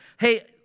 Hey